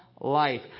life